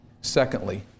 Secondly